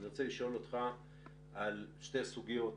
אני רוצה לשאול אותך על שתי סוגיות,